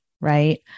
right